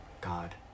God